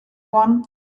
one